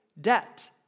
debt